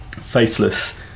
faceless